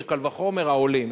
וקל וחומר עולים.